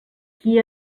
qui